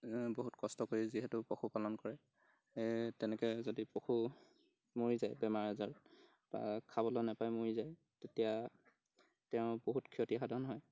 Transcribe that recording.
বহুত কষ্ট কৰি যিহেতু পশুপালন কৰে তেনেকৈ যদি পশু মৰি যায় বেমাৰ আজাৰত বা খাবলৈ নেপায় মৰি যায় তেতিয়া তেওঁৰ বহুত ক্ষতিসাধন হয়